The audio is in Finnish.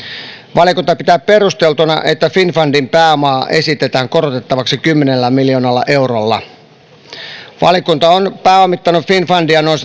valiokunta pitää perusteltuna että finnfundin pääomaa esitetään korotettavaksi kymmenellä miljoonalla eurolla valtio on pääomittanut finnfundia noin